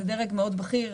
זה דרג מאוד בכיר.